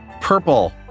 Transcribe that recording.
purple